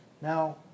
Now